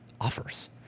offers